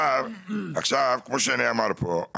כמו שנאמר כאן,